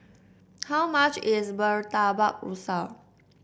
how much is Murtabak Rusa